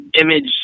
image